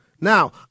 Now